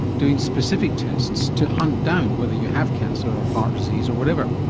doing specific tests to hunt down whether you have cancer or heart disease or whatever.